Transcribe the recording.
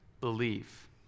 believe